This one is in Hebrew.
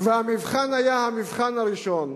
והמבחן היה המבחן הראשון: